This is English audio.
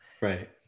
Right